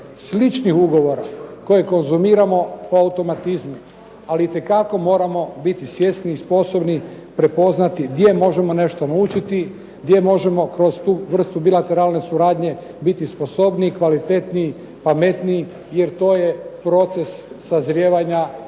sličnih ugovora koje konzumiramo po automatizmu, ali itekako moramo biti svjesni i sposobni prepoznati gdje možemo nešto naučiti, gdje možemo kroz tu vrstu bilateralne suradnje biti sposobniji, kvalitetniji, pametniji jer to je proces sazrijevanja i jačanja